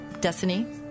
destiny